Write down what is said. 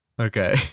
Okay